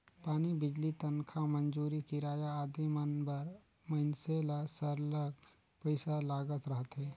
पानी, बिजली, तनखा, मंजूरी, किराया आदि मन बर मइनसे ल सरलग पइसा लागत रहथे